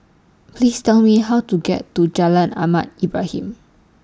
Please Tell Me How to get to Jalan Ahmad Ibrahim